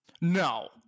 no